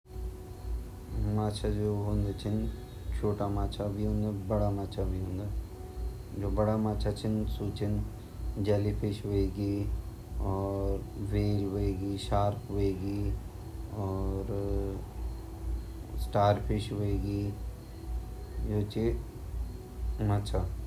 चेपटी, ग्रोव, केकड़ा, खम्पि, डॉलफिन, बाम, छिपकली मछली, बटरफिश, छोटी समुद्री मछली, बोई, कवई।